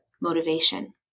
motivation